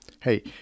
Hey